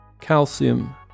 calcium